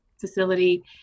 facility